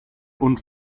und